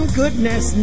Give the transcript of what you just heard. goodness